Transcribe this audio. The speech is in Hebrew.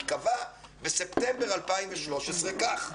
קבע בספטמבר 2013 כך: